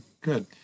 good